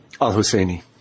al-Husseini